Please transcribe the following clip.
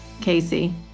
Casey